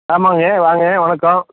ஆமாங்க வாங்க வணக்கம்